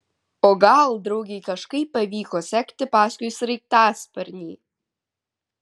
o gal draugei kažkaip pavyko sekti paskui sraigtasparnį